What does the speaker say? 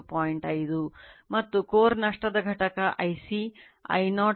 5 ಮತ್ತು ಕೋರ್ ನಷ್ಟದ ಘಟಕ Ic I o 0